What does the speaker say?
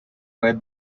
red